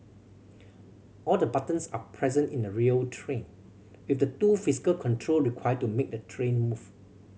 all the buttons are present in a real train with the two physical control required to make the train move